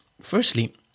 Firstly